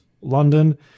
london